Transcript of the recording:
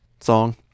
song